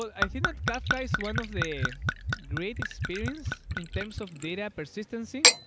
i think that kafka is one of the great experience in terms of data persistency,